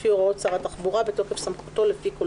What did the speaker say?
לפי הוראות שר התחבורה בתוקף סמכותו לפי כל